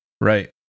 Right